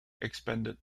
expanded